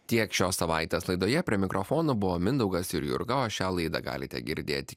tiek šios savaitės laidoje prie mikrofono buvo mindaugas ir jurga o šią laidą galite girdėti